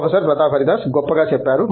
professor Pratap Haridas గొప్పగా చెప్పారు